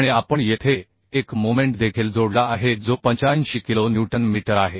आणि आपण येथे एक मोमेंट देखील जोडला आहे जो 85 किलो न्यूटन मीटर आहे